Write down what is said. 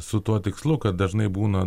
su tuo tikslu kad dažnai būna